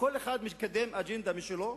שכל אחד מקדם אג'נדה משלו,